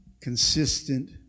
consistent